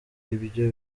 ibyo